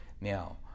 Now